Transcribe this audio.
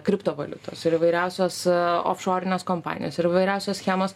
kriptovaliutos ir įvairiausios a ofšorinės kompanijos ir įvairiausios schemos